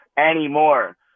anymore